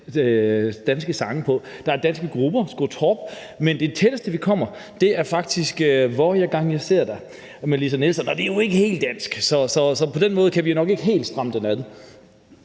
danske sange på. Der er danske grupper på, Sko/Torp, men det tætteste, vi kommer, er faktisk »Varje Gång Jag Ser Dig« med Lisa Nilsson – og det er jo ikke helt dansk. Så på den måde kan vi nok ikke helt stramme den.